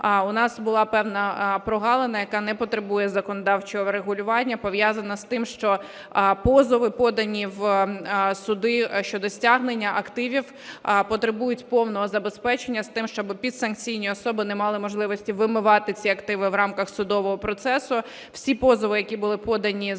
у нас була певна прогалина, яка не потребує законодавчого врегулювання, пов'язана з тим, що позови, подані в суди щодо стягнення активів, потребують повного забезпечення з тим, щоб підсанкційні особи не мали можливості вимивати ці активи в рамках судового процесу. Всі позови, які були подані з часу,